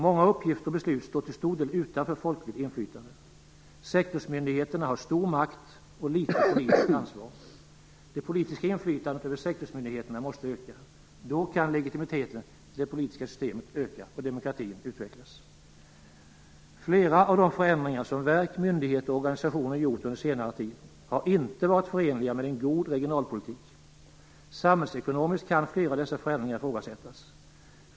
Många uppgifter och beslut står till stor del utanför folkligt inflytande. Sektorsmyndigheterna har stor makt och litet politiskt ansvar. Det politiska inflytandet över sektorsmyndigheterna måste öka. Då kan legitimiteten i det politiska systemet öka och demokratin utvecklas. Flera av de förändringar som verk, myndigheter och organisationer gjort under senare tid har inte varit förenliga med en god regionalpolitik. Samhällsekonomiskt kan flera av dessa förändringar ifrågasättas.